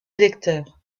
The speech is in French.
électeurs